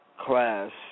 class